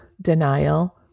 denial